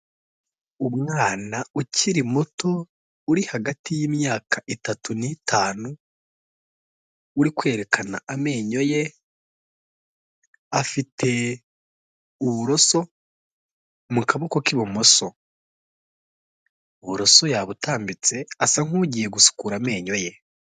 Umwana ukiri muto uri hagati y'imyaka itatu n'itanu uri kwerekana amenyo ye, afite uburoso mu kaboko k'ibumoso, uburoso yabutambitse asa nk'ugiye gusukura amenyo ye.